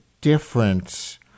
difference